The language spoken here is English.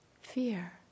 fear